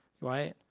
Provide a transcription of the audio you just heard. Right